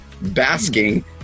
basking